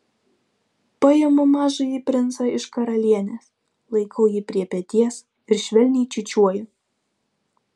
paimu mažąjį princą iš karalienės laikau jį prie peties ir švelniai čiūčiuoju